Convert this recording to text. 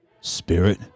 Spirit